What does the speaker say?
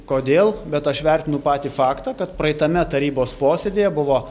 kodėl bet aš vertinu patį faktą kad praeitame tarybos posėdyje buvo